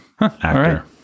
actor